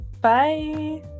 Bye